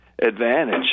Advantage